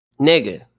Nigga